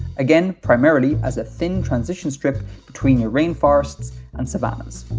again, primarily as a thin transition strip between your rainforests and savannas.